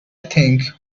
think